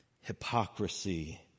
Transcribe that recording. hypocrisy